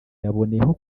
yaboneyeho